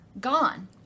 gone